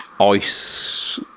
Ice